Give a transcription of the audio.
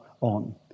on